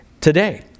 Today